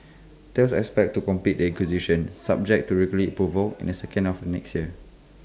Thales expects to complete the acquisition subject to regulatory approval in the second half of next year